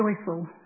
joyful